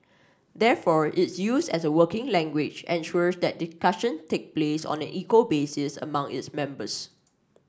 therefore its use as a working language ensures that discussion take place on an equal basis among its members